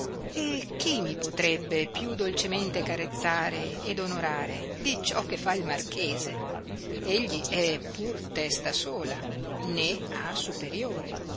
e chi mi potrebbe più dolcemente carezzare ed onorare di ciò che fa il marchese egli è pur testa sola né ha superiore